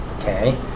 okay